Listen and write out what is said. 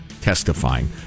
testifying